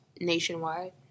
nationwide